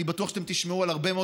אני בטוח שאתם תשמעו על הרבה מאוד